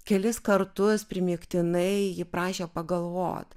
kelis kartus primygtinai ji prašė pagalvot